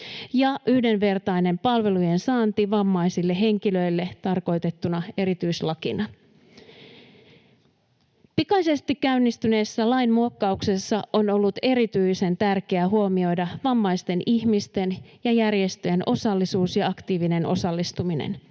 ja yhdenvertainen palvelujen saanti vammaisille henkilöille tarkoitettuna erityislakina. Pikaisesti käynnistyneessä lain muokkauksessa on ollut erityisen tärkeää huomioida vammaisten ihmisten ja järjestöjen osallisuus ja aktiivinen osallistuminen.